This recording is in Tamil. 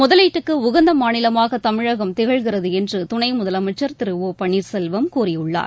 முதலீட்டுக்கு உகந்த மாநிலமாக தமிழகம் திகழ்கிறது என்று துணை முதலமைச்சர் திரு ஆபன்னீர்செல்வம் கூறியுள்ளார்